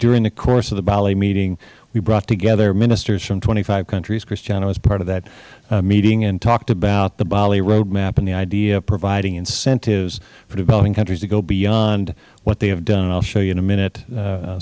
during the course of the bali meeting we brought together ministers from twenty five countries christiana was part of that meeting and talked about the bali road map and the idea of providing incentives for developing countries to go beyond what they have done and i will show you in a minute a